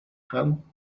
home